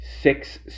six